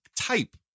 type